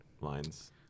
lines